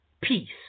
peace